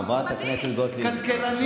כל שבוע.